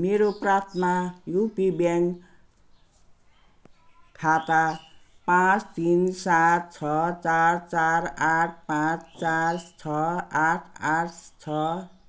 मेरो Prathama UP bank खाता पाँच तिन सात छ चार चार आठ पाँच चार छ आठ आठ छ